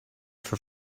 for